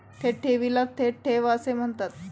थेट ठेवीला थेट ठेव असे म्हणतात